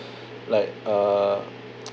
like uh